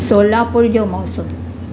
सोलापुर जो मौसमु